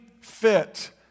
fit